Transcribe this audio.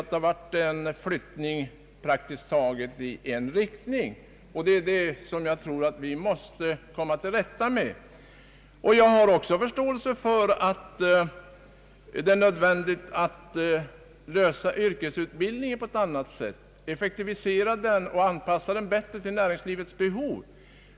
Det har varit en flyttning praktiskt taget endast i en riktning. Det är detta som jag tror att vi måste komma till rätta med. Jag har också förståelse för att det är nödvändigt att effektivisera och anpassa yrkesutbildningen bättre till näringslivets behov.